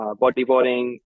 bodyboarding